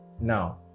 now